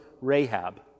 Rahab